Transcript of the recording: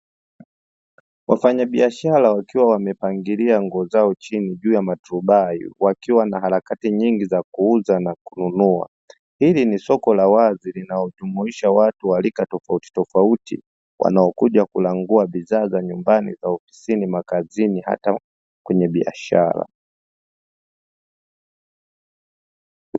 Wafanyabiashara wakiwa wamepangilia nguo zao chini juu ya maturubai wakiwa na harakati nyingi za kuuza na kununua, hili ni soko la wazi linalojumuisha watu wa rika tofautitofauti wanaokuja kulanguwa bidhaa za nyumbani, za ofisini, makazini, hata kwenye biashara.